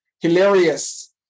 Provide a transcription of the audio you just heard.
hilarious